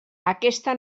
aquesta